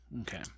Okay